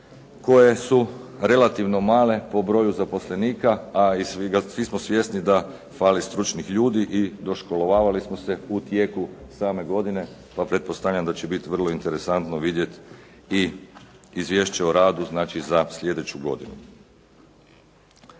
koje su relativno male po broju zaposlenika, a i svi smo svjesni da fali stručnih ljudi i doškolovavali smo se u tijeku same godine, pa pretpostavljam da će biti vrlo interesantno vidjeti i izvješće o radu, znači za slijedeću godinu.